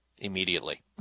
immediately